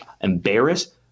embarrassed